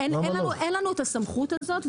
אין לנו את הסמכות הזאת.